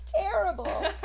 terrible